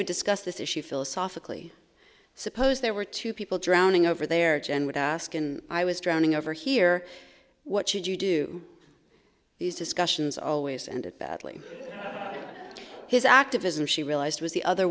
would discuss this issue philosophically suppose there were two people drowning over there jen would ask i was drowning over here what should you do these discussions always ended badly his activism she realized was the other